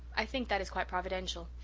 i think that is quite providential.